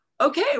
okay